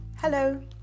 Hello